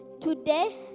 Today